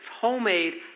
Homemade